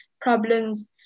problems